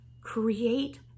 create